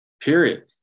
period